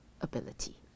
ability